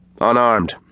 Unarmed